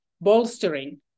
bolstering